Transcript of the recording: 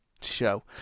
show